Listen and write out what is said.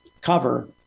cover